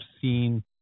seen